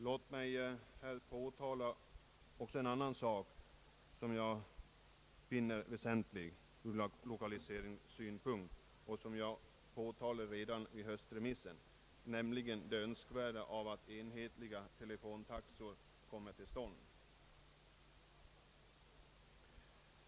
Låt mig här påtala också en annan sak som jag finner väsentlig från lokaliseringssynpunkt och som jag påtalade redan vid höstremissdebatten, nämligen önskvärdheten av att enhetliga telefontaxor kommer till stånd.